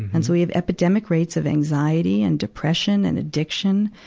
and so we have epidemic rates of anxiety and depression and addiction.